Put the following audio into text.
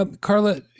Carla